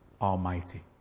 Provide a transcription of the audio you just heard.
Almighty